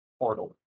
portal